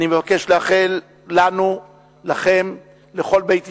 אני מבקש לאחל לנו, לכם, לכל בית ישראל,